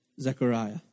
Zechariah